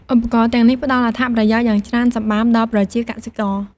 ឧបករណ៍ទាំងនេះផ្ដល់អត្ថប្រយោជន៍យ៉ាងច្រើនសម្បើមដល់ប្រជាកសិករ។